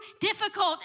difficult